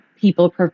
people